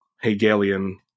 Hegelian